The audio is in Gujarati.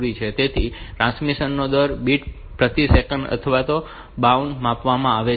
તેથી ટ્રાન્સમિશન નો દર બિટ્સ પ્રતિ સેકન્ડ અથવા બાઉડ પર માપવામાં આવે છે